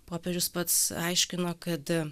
popiežius pats aiškino kad